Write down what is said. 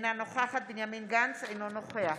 אינה נוכחת בנימין גנץ, אינו נוכח